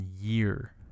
year